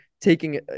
taking